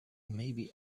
maybe